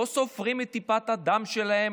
לא סופרים את טיפת הדם שלהם,